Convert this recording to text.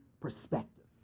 perspective